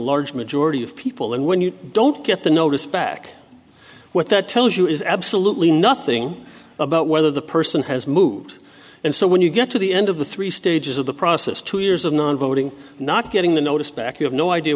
large majority of people and when you don't get the notice back what that tells you is absolutely nothing about whether the person has moved and so when you get to the end of the three stages of the process two years of non voting not getting the notice back you have no idea